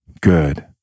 Good